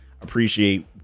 appreciate